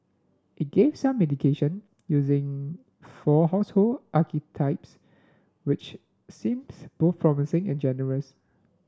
it gave some indication using four household archetypes which seems both promising and generous